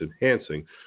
enhancing